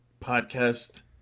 podcast